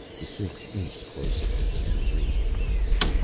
the six inched closer and he raised the rifle.